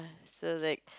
so like